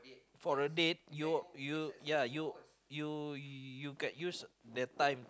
for a date you ya you you you can use that time